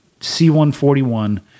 c141